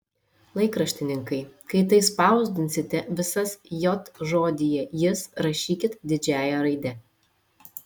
laikraštininkai kai tai spausdinsite visas j žodyje jis rašykit didžiąja raide